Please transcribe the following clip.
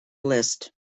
list